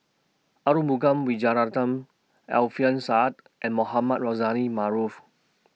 Arumugam Vijiaratnam Alfian Sa'at and Mohamed Rozani Maarof